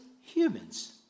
humans